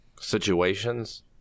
situations